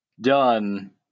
done